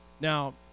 Now